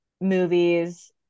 movies